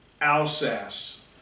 Alsace